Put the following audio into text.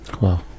Wow